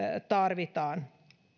tarvitaan